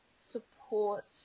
support